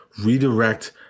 Redirect